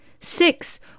Six